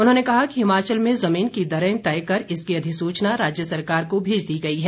उन्होंने कहा कि हिमाचल में जमीन की दरें तय कर इसकी अधिसूचना राज्य सरकार को भेज दी गई है